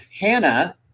Hannah